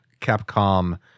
Capcom